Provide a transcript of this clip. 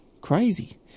crazy